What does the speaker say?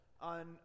on